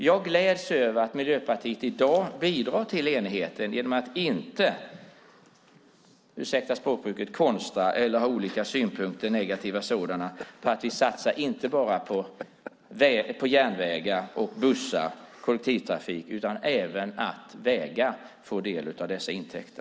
Jag gläds över att Miljöpartiet i dag bidrar till enigheten genom att inte - ursäkta språkbruket - konstra eller ha negativa synpunkter på att vi satsar intäkterna inte bara på järnvägar och bussar, kollektivtrafik, utan även på vägar.